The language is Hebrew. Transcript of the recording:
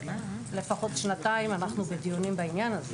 לפחות שנתיים אנחנו בדיונים על העניין הזה.